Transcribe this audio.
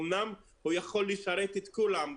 אמנם הוא יכול לשרת את כולם,